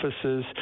offices